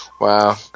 wow